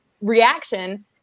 reaction